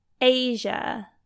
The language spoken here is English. Asia